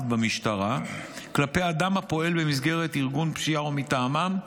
במשטרה כלפי אדם הפועל במסגרת ארגון פשיעה או מטעמם,